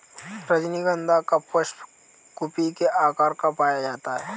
रजनीगंधा का पुष्प कुपी के आकार का पाया जाता है